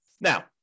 Now